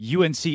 UNC